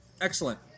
Excellent